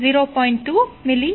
G1R151030